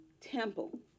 temple